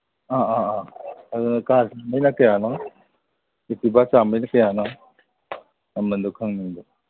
ꯑꯥ ꯑꯥ ꯑꯥ ꯑꯗꯨ ꯀꯥꯔ ꯆꯥꯝꯕꯩꯅ ꯀꯌꯥꯅꯣ ꯑꯦꯛꯇꯤꯚꯥ ꯆꯥꯝꯕꯩꯅ ꯀꯌꯥꯅꯣ ꯃꯃꯟꯗꯣ ꯈꯪꯅꯤꯡꯕ